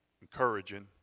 encouraging